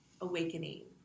awakening